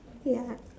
ya